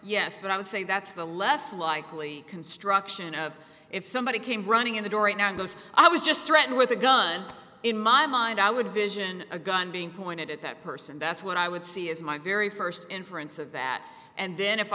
yes but i would say that's the less likely construction of if somebody came running in the door right now goes i was just threatened with a gun in my mind i would vision a gun being pointed at that person that's what i would see as my very first inference of that and then if